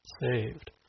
saved